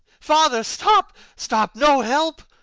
father! stop, stop! no help?